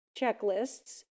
checklists